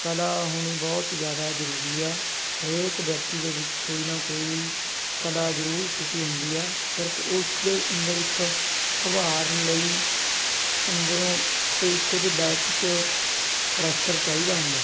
ਕਲਾ ਹੋਣੀ ਬਹੁਤ ਜ਼ਿਆਦਾ ਜ਼ਰੂਰੀ ਆ ਹਰੇਕ ਵਿਅਕਤੀ ਦੇ ਵਿੱਚ ਕੋਈ ਨਾ ਕੋਈ ਕਲਾ ਜ਼ਰੂਰ ਛੁਪੀ ਹੁੰਦੀ ਆ ਸਿਰਫ ਉਸ ਦੇ ਅੰਦਰ ਇੱਕ ਉਭਾਰਨ ਲਈ ਅੰਦਰੋਂ ਅਤੇ ਇੱਕ ਉਹਦੇ ਬੈਕ 'ਚ ਪ੍ਰੈਸ਼ਰ ਚਾਹੀਦਾ ਹੁੰਦਾ